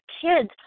kids